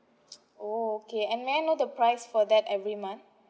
orh okay and may I know the price for that every month